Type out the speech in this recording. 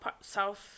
South